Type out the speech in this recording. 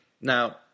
Now